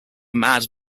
mad